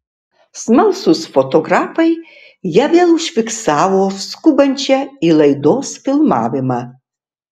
smalsūs fotografai ją vėl užfiksavo skubančią į laidos filmavimą